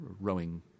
rowing